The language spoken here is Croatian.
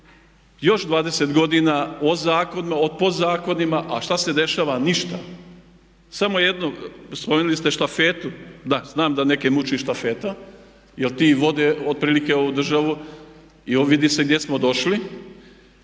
još 20 godina o zakonima, o podzakonima a što se dešava? Ništa! Spomenuli ste štafetu, da, znam da neke muči štafeta jer ti vode otprilike ovu državu i vidi se gdje smo došli.